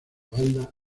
banda